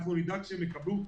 אנחנו נדאג שהם יקבלו,